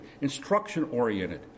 instruction-oriented